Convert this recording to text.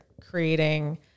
creating